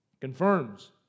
confirms